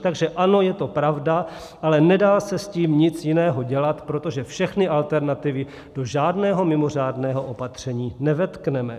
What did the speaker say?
Takže ano, je to pravda, ale nedá se s tím nic jiného dělat, protože všechny alternativy do žádného mimořádného opatření nevetkneme.